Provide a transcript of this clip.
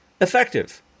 effective